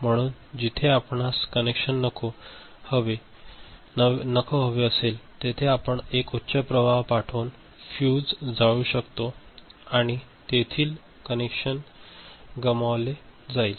म्हणून जिथे आपणास कनेक्शन नको हवे असेल तेथे आपण एक उच्च प्रवाह पाठवून फ्यूज जाळू शकतो आणि तेथील कनेक्शन गमावले जाईल